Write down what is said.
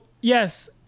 yes